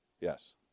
Yes